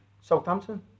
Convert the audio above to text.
Southampton